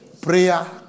Prayer